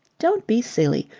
don't be silly.